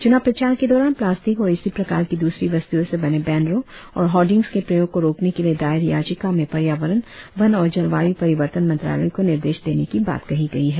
चुनाव प्रचार के दौरान प्लास्टिक और इसी प्रकार की दूसरी वस्तुओं से बने बैनरों और होर्डिंग्स के प्रयोग को रोकने के लिए दायर याचिका में पर्यावरण वन और जलवायु परिवर्तन मंत्रालय को निर्देश देने की बात कही गई है